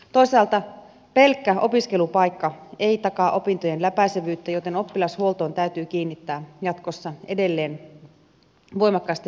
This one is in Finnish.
toisaalta pelkkä opiskelupaikka ei takaa opintojen läpäisevyyttä joten oppilashuoltoon täytyy kiinnittää jatkossa edelleen voimakkaasti huomiota